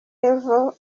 level